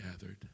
gathered